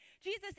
Jesus